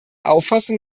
auffassung